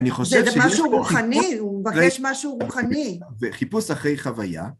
זה משהו רוחני, הוא מבקש משהו רוחני. וחיפוש אחרי חוויה.